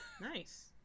nice